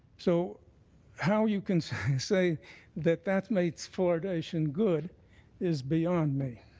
so how you can say say that that made fluoridation good is beyond me.